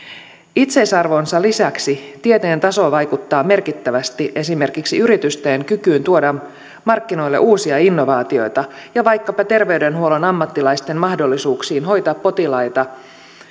itseisarvonsa lisäksi tieteen tasoon vaikuttaa merkittävästi esimerkiksi yritysten kyky tuoda markkinoille uusia innovaatioita samoin vaikkapa terveydenhuollon ammattilaisten mahdollisuuksiin hoitaa potilaita